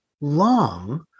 long